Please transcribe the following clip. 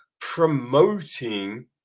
promoting